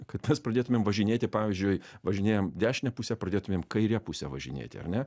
kad mes pradėtumėm važinėti pavyzdžiui važinėjam dešine puse pradėtumėm kaire puse važinėti ar ne